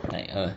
like 很